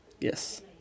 Yes